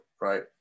Right